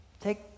Take